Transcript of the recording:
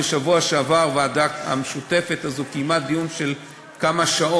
עוד לא הגענו לזה, אני אגיד גם למה.